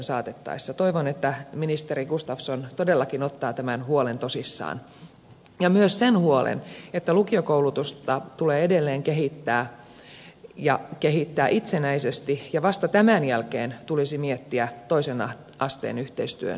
toivon että ministeri gustafsson todellakin ottaa tämän huolen tosissaan ja myös sen huolen että lukiokoulutusta tulee edelleen kehittää itsenäisesti ja vasta tämän jälkeen tulisi miettiä toisen asteen yhteistyön eri muotoja